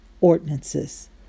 ordinances